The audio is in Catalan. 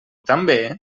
també